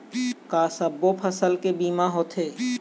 का सब्बो फसल के बीमा होथे?